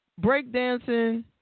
breakdancing